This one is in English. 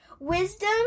wisdom